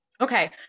okay